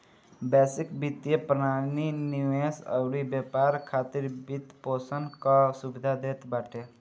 वैश्विक वित्तीय प्रणाली निवेश अउरी व्यापार खातिर वित्तपोषण कअ सुविधा देत बाटे